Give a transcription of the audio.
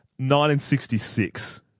1966